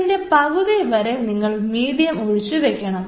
ഇതിൻറെ പകുതി വരെ നിങ്ങൾ മീഡിയം ഒഴിച്ചു വെക്കണം